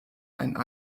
ein